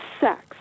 sex